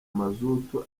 mazutu